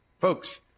Folks